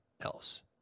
else